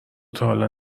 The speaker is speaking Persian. تاحالا